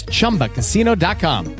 Chumbacasino.com